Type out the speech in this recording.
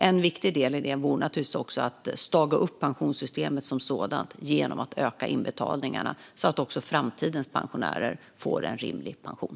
En viktig del i det vore naturligtvis också att staga upp pensionssystemet som sådant genom att öka inbetalningarna, så att även framtidens pensionärer får en rimlig pension.